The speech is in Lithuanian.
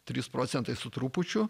trys procentai su trupučiu